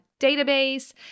database